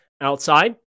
outside